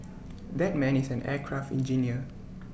that man is an aircraft engineer